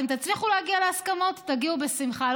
אתם תצליחו להגיע להסכמות, תגיעו, בשמחה.